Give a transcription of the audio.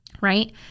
right